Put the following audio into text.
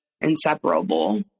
inseparable